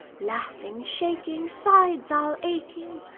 laughing, shaking, sides all aching,